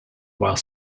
while